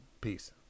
peace